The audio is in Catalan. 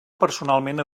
personalment